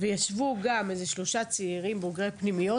ישבו גם איזה שלושה צעירים בוגרי פנימיות